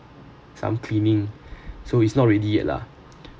some cleaning so it's not ready yet lah